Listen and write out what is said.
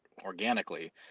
organically